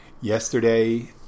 Yesterday